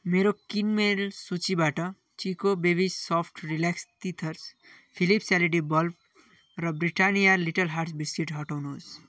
मेरो किनमेल सूचीबाट Chicco baby soft relax teethers Philips LED bulb र ब्रिटानिया लिटिल हार्ट्स बिस्कुट हटाउनुहोस्